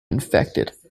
infected